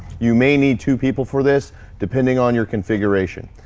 you may need two people for this depending on your configuration.